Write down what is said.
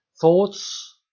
Thoughts